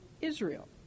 Israel